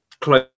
close